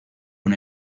con